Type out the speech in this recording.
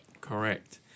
Correct